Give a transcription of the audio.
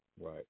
Right